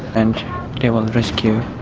and they will rescue